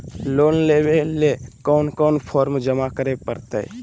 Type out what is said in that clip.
Loan लेवे ले कोन कोन फॉर्म जमा करे परते?